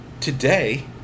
today